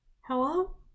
hello